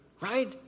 right